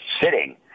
sitting